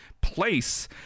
place